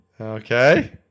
Okay